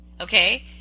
Okay